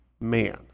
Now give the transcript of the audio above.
man